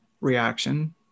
reaction